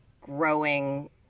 growing